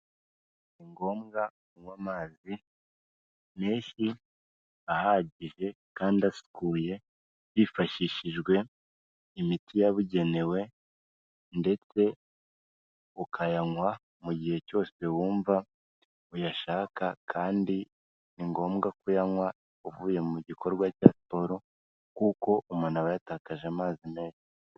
Ni ngombwa kunywa amazi menshi ahagije kandi asukuye, hifashishijwe imiti yabugenewe ndetse ukayanywa mu gihe cyose wumva uyashaka kandi ni ngombwa kuyanywa uvuye mu gikorwa cya siporo kuko umuntu aba yatakaje amazi menshi.